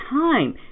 time